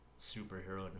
superhero